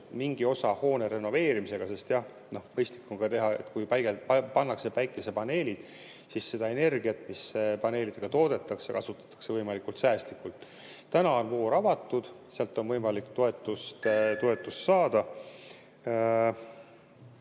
mingi osa hoone renoveerimisega, sest mõistlikum on teha nii, et kui paigaldatakse päikesepaneelid, siis seda energiat, mis paneelidega toodetakse, kasutatakse võimalikult säästlikult. [Taotlus]voor on veel avatud, võimalik on toetust saada.